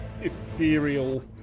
ethereal